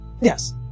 Yes